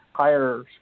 higher